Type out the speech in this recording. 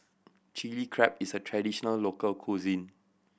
Chilli Crab is a traditional local cuisine